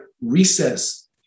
recess